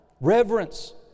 reverence